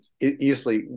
easily